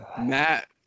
Matt